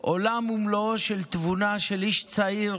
עולם ומלואו של תבונה של איש צעיר